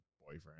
boyfriend